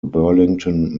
burlington